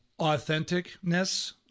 authenticness